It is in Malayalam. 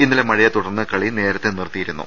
ഇന്നലെ മഴയെ തുടർന്ന് കളി നേരത്തെ നിർത്തി യിരുന്നു